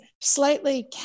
slightly